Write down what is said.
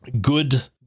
good